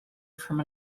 from